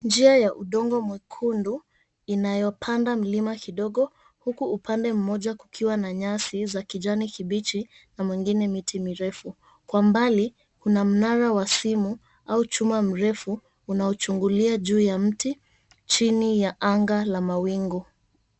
Njia ya udongo mwekundu, inayopanda mlima kidogo huku upande mmoja kukiwa na nyasi za kijani kibichi na upande mwengine miti mirefu. Kwa mbali kuna mnara wa simu au chuma mrefu unaochungulia juu ya mti, chini ya anga la mawingu.